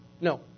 No